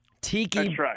Tiki